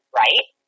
right